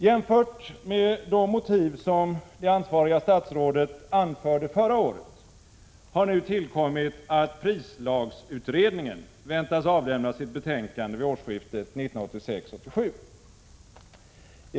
Jämfört med de motiv som det ansvariga statsrådet anförde förra året har nu tillkommit att prislagsutredningen väntas avlämna sitt betänkande vid årsskiftet 1986-1987.